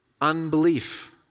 unbelief